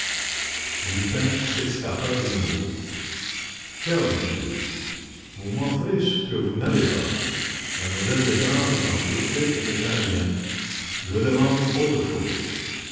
lupin s'esclaffa de nouveau cher monsieur vous m'offrez ce que vous n'avez pas m lle destange est en sûreté et ne craint rien je demande autre chose